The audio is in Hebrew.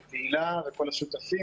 לתהלה, וכל השותפים.